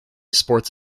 sports